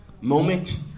moment